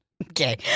Okay